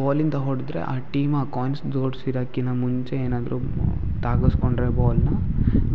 ಬಾಲಿಂದ ಹೊಡೆದ್ರೆ ಆ ಟೀಮ್ ಆ ಕಾಯ್ನ್ಸ್ ಜೋಡ್ಸಿರಕ್ಕಿಂತ ಮುಂಚೆ ಏನಾದರೂ ತಾಗಿಸ್ಕೊಂಡ್ರೆ ಬಾಲನ್ನ